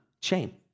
chain